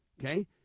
okay